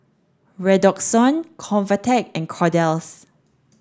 Redoxon Convatec and Kordel's